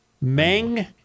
Meng